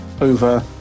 over